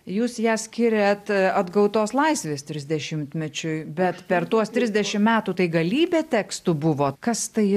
jūs ją skiriate atgautos laisvės trisdešimtmečiui bet per tuos trisdešimt metų tai galybė tekstų buvo kas tai